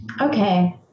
Okay